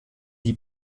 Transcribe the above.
die